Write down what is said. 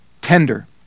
tender